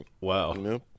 wow